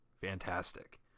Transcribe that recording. Fantastic